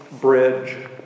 bridge